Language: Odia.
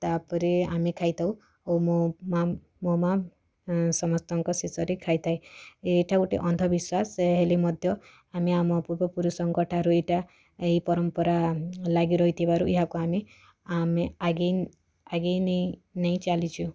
ତା'ପରେ ଆମେ ଖାଇଥାଉ ଓ ମୋ ମା' ମୋ ମା' ଏଁ ସମସ୍ତଙ୍କ ଶେଷରେ ଖାଇଥାଏ ଏଇଟା ଗୋଟେ ଅନ୍ଧବିଶ୍ୱାସ ହେଲେ ମଧ୍ୟ ଆମେ ଆମ ପୂର୍ବପୁରୁଷଙ୍କ ଠାରୁ ଏଇଟା ଏଇ ପରମ୍ପରା ଲାଗି ରହିଥିବାରୁ ଏହାକୁ ଆମେ ଆମେ ଆଗେଇ ଆଗେଇ ନେଇ ନେଇ ଚାଲିଛୁ